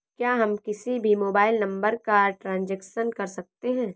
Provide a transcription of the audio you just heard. क्या हम किसी भी मोबाइल नंबर का ट्रांजेक्शन कर सकते हैं?